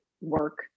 work